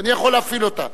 כי אני יכול להפעיל אותה.